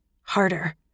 harder